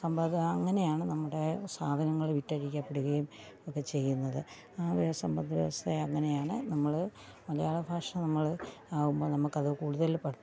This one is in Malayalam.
സമ്പത്ത് അങ്ങനെയാണ് നമ്മുടെ സാധനങ്ങൾ വിറ്റഴിക്കപ്പെടുകയും ഒക്കെ ചെയ്യുന്നത് ആ സമ്പദ് വ്യവസ്ഥ അങ്ങനെയാണ് നമ്മൾ മലയാള ഭാഷ നമ്മൾ ആകുമ്പം നമുക്കത് കൂടുതൽ